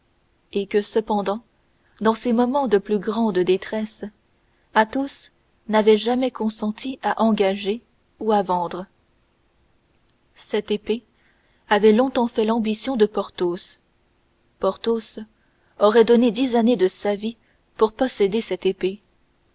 et que cependant dans ses moments de plus grande détresse athos n'avait jamais consenti à engager ni à vendre cette épée avait longtemps fait l'ambition de porthos porthos aurait donné dix années de sa vie pour posséder cette épée